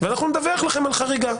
ואנחנו נדווח לכם על חריגה.